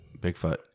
Bigfoot